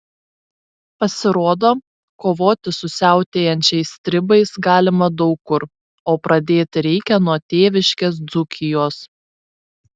pasirodo kovoti su siautėjančiais stribais galima daug kur o pradėti reikia nuo tėviškės dzūkijos